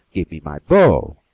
give me my bow.